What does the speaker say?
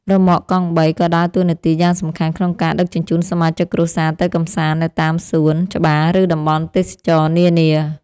រ៉ឺម៉កកង់បីក៏ដើរតួនាទីយ៉ាងសំខាន់ក្នុងការដឹកជញ្ជូនសមាជិកគ្រួសារទៅកម្សាន្តនៅតាមសួនច្បារឬតំបន់ទេសចរណ៍នានា។